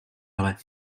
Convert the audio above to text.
ale